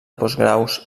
postgraus